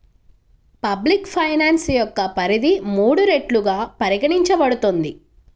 public finance యొక్క పరిధి మూడు రెట్లుగా పరిగణించబడుతుంది